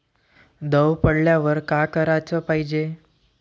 दव पडल्यावर का कराच पायजे?